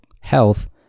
health